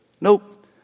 Nope